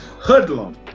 hoodlum